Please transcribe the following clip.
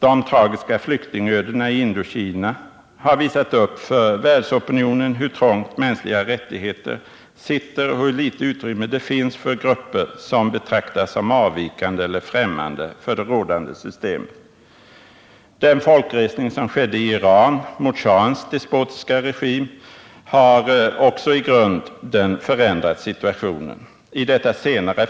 De tragiska flyktingödena i Indokina har visat upp för världsopinionen hur trångt vissa mänskliga rättigheter sitter i Vietnam och hur litet utrymme det finns för grupper som betraktas som avvikande i eller ffrämmande för det rådande systemet. Den folkresning som skedde i Iran mot schahens despotiska regim har också i grunden förändrat situationen i detta land.